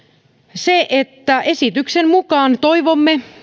se että esityksen mukaan toivomme